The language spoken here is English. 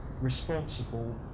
responsible